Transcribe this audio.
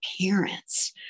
parents